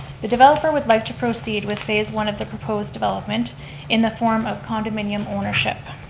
the developer would like to proceed with phase one of the proposed development in the form of condominium ownership.